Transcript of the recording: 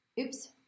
Oops